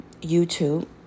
YouTube